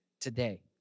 today